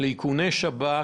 לאיכוני שב"כ